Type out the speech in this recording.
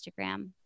Instagram